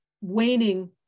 waning